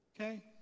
okay